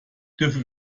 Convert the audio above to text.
dürfen